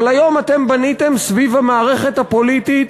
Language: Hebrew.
אבל היום אתם בניתם סביב המערכת הפוליטית,